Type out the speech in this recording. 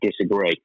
disagree